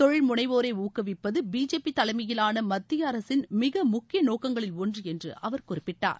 தொழில் முனைவோரை ஊக்குவிப்பது பிஜேபி தலைமையிலான மத்திய அரசின் மிக முக்கிய நோக்கங்களில் ஒன்று என்று அவர் குறிப்பிட்டார்